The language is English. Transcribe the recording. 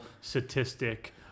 statistic